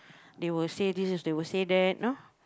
they will say this they will say that you know